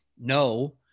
no